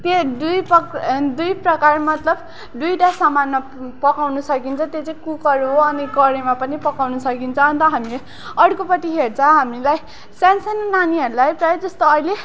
त्यो दुई पक् दुई प्रकार मतलब दुइटा सामानमा पकाउन सकिन्छ त्यो चाहिँ कुकर हो अनि कराईमा पनि पकाउन सकिन्छ अन्त हामीले अर्कोपटि हेर्छ हामीलाई सानसानु नानीहरूलाई प्राय जस्तो अहिले